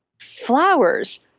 Flowers